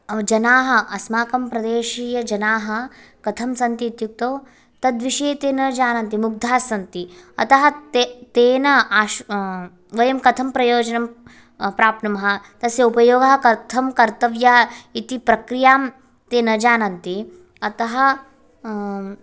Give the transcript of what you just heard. जनाः अस्माकं प्रदेशीयजनाः कथं सन्ति इत्युक्तौ तद्विषये ते न जानन्ति मुग्धास्सन्ति अतः ते तेन आश्व् वयं कथं प्रयोजनं प्राप्नुमः तस्य उपयोगः कथं कर्तव्य इति प्रक्रियां ते न जानन्ति अतः